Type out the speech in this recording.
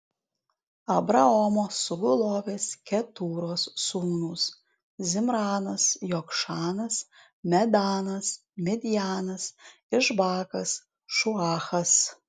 abraomo sugulovės ketūros sūnūs zimranas jokšanas medanas midjanas išbakas šuachas